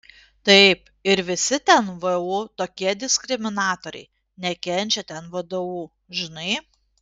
taip ir visi ten vu tokie diskriminatoriai nekenčia ten vdu žinai